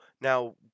Now